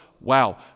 wow